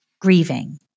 grieving